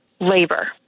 labor